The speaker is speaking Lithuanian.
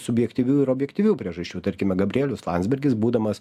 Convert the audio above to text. subjektyvių ir objektyvių priežasčių tarkime gabrielius landsbergis būdamas